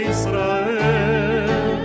Israel